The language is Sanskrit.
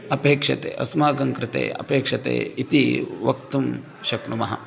अपेक्षते अस्माकं कृते अपेक्षते इति वक्तुं शक्नुमः